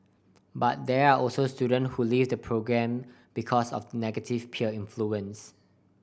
but there are also student who leave the programme because of negative peer influence